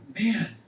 Man